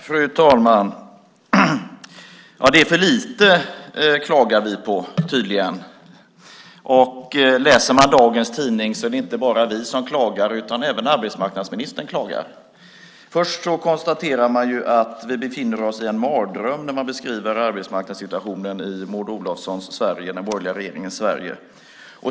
Fru talman! Det är för lite, klagar vi tydligen på. Läser man dagens tidning ser man att det inte bara är vi som klagar utan även arbetsmarknadsministern klagar. Först konstaterar man att vi befinner oss i en mardröm, när man beskriver arbetsmarknadssituationen i Maud Olofssons Sverige, den borgerliga regeringens Sverige.